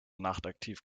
nachtaktiv